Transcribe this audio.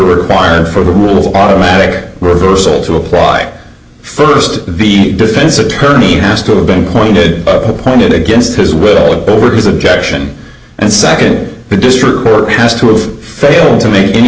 required for the rule of automatic reversal to apply first the defense attorney has to have been appointed appointed against his will over his objection and second the district court has to have failed to m